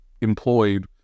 employed